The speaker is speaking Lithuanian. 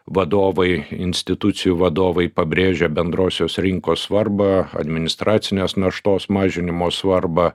vadovai institucijų vadovai pabrėžė bendrosios rinkos svarbą administracinės naštos mažinimo svarbą